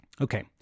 okay